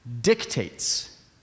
dictates